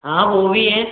हाँ वो भी हैं